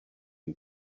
who